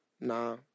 Nah